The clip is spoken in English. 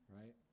right